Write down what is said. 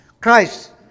Christ